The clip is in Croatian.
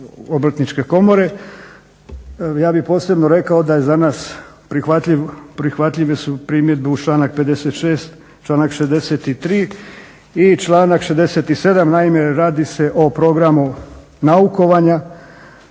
Obrtničke komore. Ja bih posebno rekao da za nas prihvatljive su primjedbe uz članak 56., članak 63. i članak 67., naime radi se o programu naukovanja.